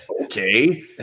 okay